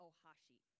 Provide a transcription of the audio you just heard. Ohashi